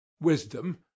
wisdom